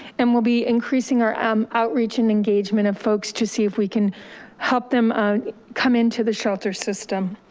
and we'll be increasing our um outreach and engagement of folks to see if we can help them come into the shelter system.